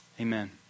Amen